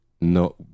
no